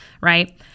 right